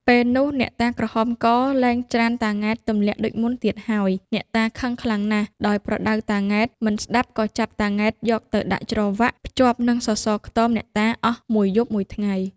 ពេលនោះអ្នកតាក្រហមក លែងច្រានតា ង៉ែត ទម្លាក់ដូចមុនទៀតហើយ អ្នកតាខឹងខ្លាំងណាស់ ដោយប្រដៅតា ង៉ែត មិនស្តាប់ ក៏ចាប់តា ង៉ែត យកទៅ ដាក់ច្រវាក់ភ្ជាប់នឹងសសរខ្ទមអ្នកតា អស់មួយយប់មួយថ្ងៃ ។